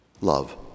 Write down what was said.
love